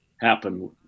happen